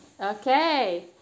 Okay